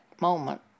moment